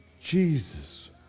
Jesus